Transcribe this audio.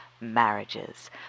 marriages